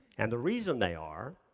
and the reason they are,